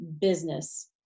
business